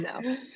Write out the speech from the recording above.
No